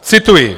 Cituji: